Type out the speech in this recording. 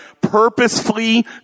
Purposefully